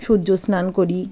সূর্য স্নান করি